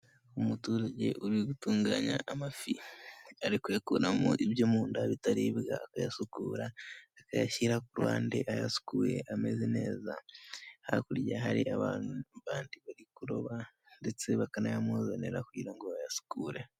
Umuturage uri gutunganya amafi ari kuyakuramo ibyo munda bitaribwa, akayasukura akayashyira kuruhande ayasukuye ameze neza hakurya hari bandi bari kuroba ndetse bakana yamuzanira kugira ngo bayasukure.